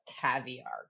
caviar